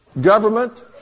government